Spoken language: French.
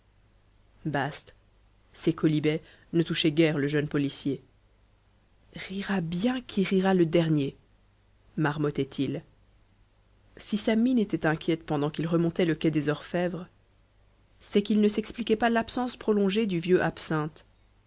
bast ces quolibets ne touchaient guère le jeune policier rira bien qui rira le dernier marmottait il si sa mine était inquiète pendant qu'il remontait le quai des orfèvres c'est qu'il ne s'expliquait pas l'absence prolongée du vieux absinthe